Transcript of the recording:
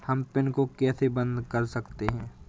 हम पिन को कैसे बंद कर सकते हैं?